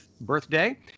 birthday